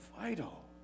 vital